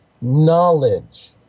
knowledge